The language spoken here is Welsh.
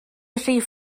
rhif